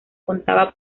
contaba